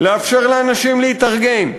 לאפשר לאנשים להתארגן,